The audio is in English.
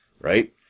right